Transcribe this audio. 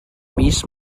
mis